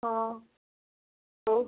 हाँ तो